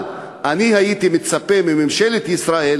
אבל אני הייתי מצפה מממשלת ישראל